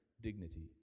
dignity